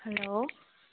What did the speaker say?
hello